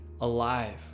alive